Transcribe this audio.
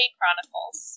Chronicles